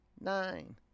nine